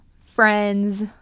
friends